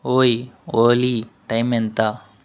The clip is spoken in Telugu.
ఓయ్ ఓలీ టైం ఎంత